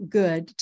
good